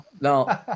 No